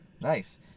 nice